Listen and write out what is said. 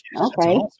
okay